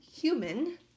human